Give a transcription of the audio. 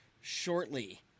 shortly